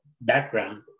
background